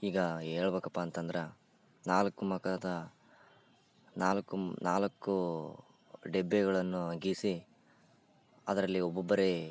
ಈಗ ಹೇಳ್ಬೇಕಪ್ಪಾತಂದ್ರೆ ನಾಲ್ಕು ಮಕದಾ ನಾಲ್ಕು ನಾಲ್ಕು ಡೆಬ್ಬೆಗಳನ್ನು ಅಗಿಸಿ ಅದರಲ್ಲಿ ಒಬ್ಬೊಬ್ಬರೇ